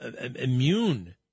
immune